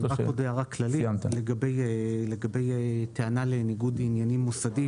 רק הערה כללית לגבי טענה לניגוד עניינים מוסדי,